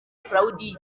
perraudin